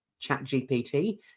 ChatGPT